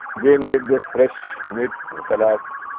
they made this fresh made salads.